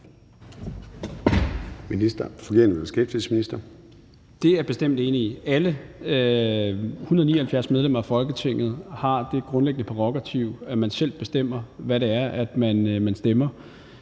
Det er jeg bestemt enig i. Alle 179 medlemmer af Folketinget har det grundlæggende prærogativ, at de selv bestemmer, hvad det er, de stemmer.